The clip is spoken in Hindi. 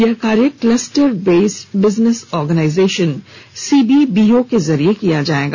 यह कार्य cluster based business organisation CBBO के जरिये किया जाएगा